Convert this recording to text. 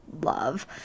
love